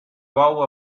bou